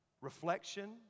reflection